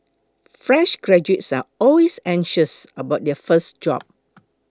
fresh graduates are always anxious about their first job